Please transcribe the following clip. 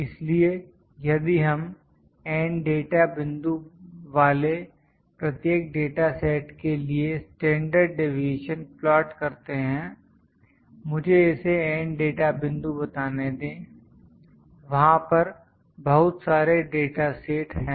इसलिए यदि हम N डाटा बिंदु वाले प्रत्येक डाटा सेट के लिए स्टैंडर्ड डिवीएशन प्लाट करते हैं मुझे इसे N डाटा बिंदु बताने दें वहां पर बहुत सारे डाटा सेट हैं